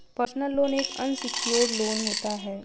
personal loan एक unsecured loan होता है